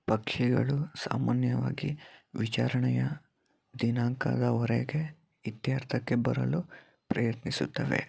ಪಕ್ಷಿಗಳು ಸಾಮಾನ್ಯವಾಗಿ ವಿಚಾರಣೆಯ ದಿನಾಂಕದವರೆಗೆ ಇತ್ಯರ್ಥಕ್ಕೆ ಬರಲು ಪ್ರಯತ್ನಿಸುತ್ತವೆ